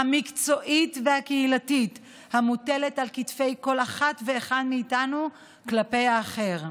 המקצועית והקהילתית המוטלת על כתפי כל אחת ואחד מאיתנו כלפי האחר.